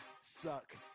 suck